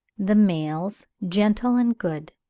the males gentle and good.